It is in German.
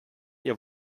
ihr